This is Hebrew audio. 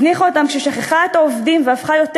הזניחה אותן כששכחה את העובדים והפכה יותר